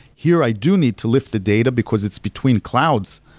here, i do need to lift the data because it's between clouds,